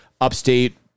upstate